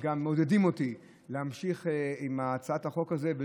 הם מעודדים אותי להמשיך עם הצעת החוק הזו,